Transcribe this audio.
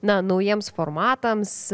na naujiems formatams